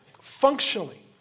functionally